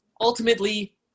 ultimately